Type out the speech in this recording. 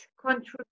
contribute